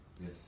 Yes